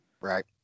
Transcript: Right